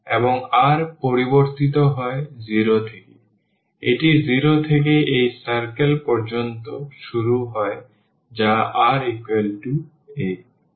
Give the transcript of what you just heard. এবং r পরিবর্তিত হয় 0 থেকে এটি 0 থেকে এই circle পর্যন্ত শুরু হয় যা r a